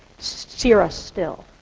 sear us still.